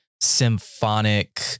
symphonic